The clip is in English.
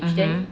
!huh!